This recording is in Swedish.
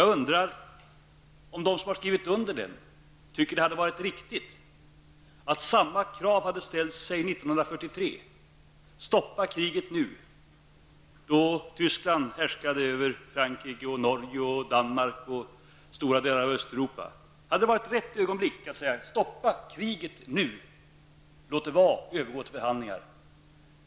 Jag undrar om de som har skrivit under resolutionen tycker att det hade varit riktigt att samma krav hade ställts 1943 -- stoppa kriget nu -- då Tyskland härskade över Frankrike, Norge, Danmark och stora delar av Östeuropa. Hade det varit rätt ögonblick att säga: Stoppa kriget nu och övergå till förhandlingar?